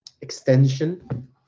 extension